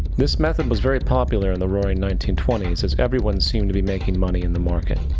this method was very popular in the roaring nineteen twenty s, as everyone seemed to be making money in the market.